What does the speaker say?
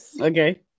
Okay